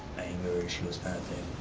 anger issues kind of thing